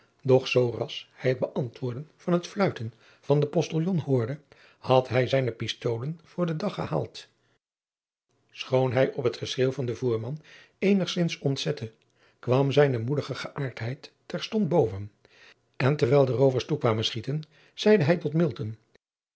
doch zooras hij het beantwoorden van het fluiten van den ostiljon hoorde had hij zijne pistolen voor den dag gehaald choon hij op het geschreeuw van den voerman eenigzins ontzette kwam zijne moedige geaardheid terstond boven en terwijl de roovers toe kwamen schieten zeide hij tot